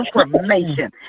information